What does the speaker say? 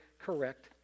correct